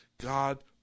God